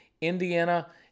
Indiana